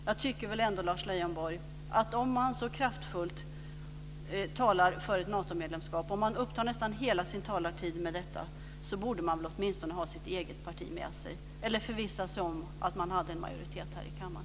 Jag tycker väl ändå, Lars Leijonborg, att om man så kraftfullt talar för ett Natomedlemskap och om man upptar nästan hela sina talartid med detta, så borde man väl åtminstone ha sitt eget parti med sig eller förvissa sig om att man har en majoritet här i kammaren.